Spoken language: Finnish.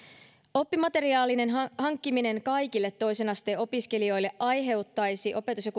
oppimateriaalien hankkiminen kaikille toisen asteen opiskelijoille aiheuttaisi opetus ja